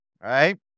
Right